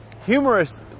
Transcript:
humorous